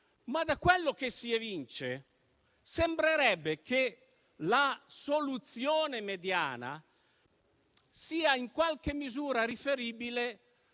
Ma da quello che si evince sembrerebbe che la soluzione mediana sia in qualche misura riferibile